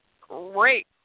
great